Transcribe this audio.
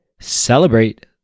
celebrate